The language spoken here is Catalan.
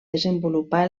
desenvolupar